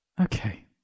okay